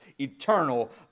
eternal